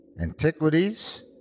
Antiquities